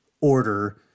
order